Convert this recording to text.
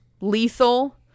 lethal